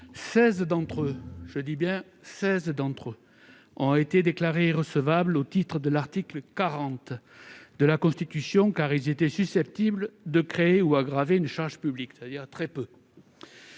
soit très peu, ont été déclarés irrecevables en application de l'article 40 de la Constitution, car ils étaient susceptibles de créer ou d'aggraver une charge publique